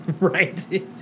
Right